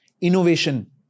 innovation